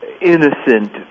innocent